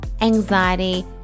anxiety